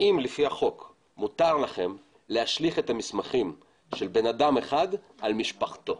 האם לפי החוק מותר לכם להשליך את המסמכים של בן אדם אחד על משפחתו?